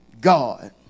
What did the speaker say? God